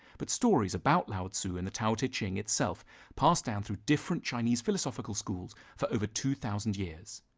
but stories about lao tzu and the tao te ching itself passed down through different chinese philosophical schools for over two thousand years.